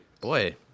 Boy